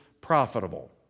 profitable